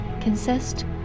consist